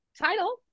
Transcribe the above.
title